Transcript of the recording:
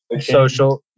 social